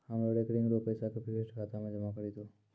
हमरो रेकरिंग रो पैसा के फिक्स्ड खाता मे जमा करी दहो